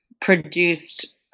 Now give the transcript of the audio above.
produced